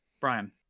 Brian